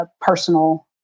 personal